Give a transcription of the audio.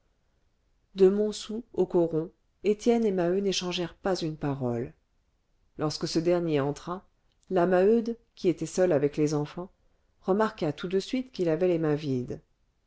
de montsou au coron étienne et maheu n'échangèrent pas une parole lorsque ce dernier entra la maheude qui était seule avec les enfants remarqua tout de suite qu'il avait les mains vides